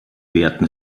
werten